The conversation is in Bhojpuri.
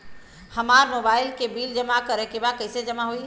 हमार मोबाइल के बिल जमा करे बा कैसे जमा होई?